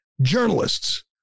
Journalists